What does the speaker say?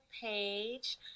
page